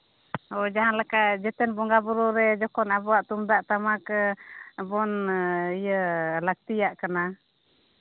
ᱦᱳᱭ ᱡᱟᱦᱟᱸ ᱞᱮᱠᱟ ᱡᱮᱛᱮᱱ ᱵᱚᱸᱜᱟᱼᱵᱩᱨᱩ ᱨᱮ ᱡᱚᱠᱷᱚᱱ ᱟᱵᱚᱣᱟᱜ ᱛᱩᱢᱫᱟᱜ ᱴᱟᱢᱟᱠ ᱵᱚᱱ ᱤᱭᱟᱹ ᱞᱟᱹᱠᱛᱤᱭᱟᱜ ᱠᱟᱱᱟ